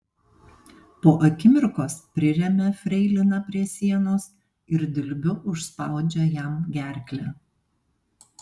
po akimirkos priremia freiliną prie sienos ir dilbiu užspaudžia jam gerklę